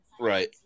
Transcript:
Right